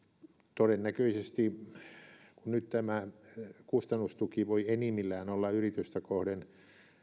todennäköisesti kun nyt tämä kustannustuki voi enimmillään olla yritystä kohden